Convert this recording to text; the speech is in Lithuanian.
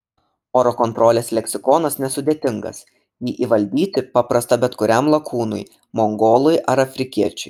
oro kontrolės leksikonas nesudėtingas jį įvaldyti paprasta bet kuriam lakūnui mongolui ar afrikiečiui